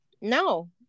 no